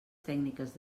tècniques